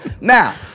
Now